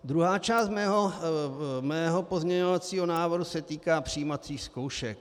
Druhá část mého pozměňovacího návrhu se týká přijímacích zkoušek.